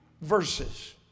verses